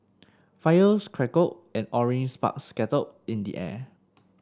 fires crackled and orange sparks scattered in the air